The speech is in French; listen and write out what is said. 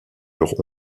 leur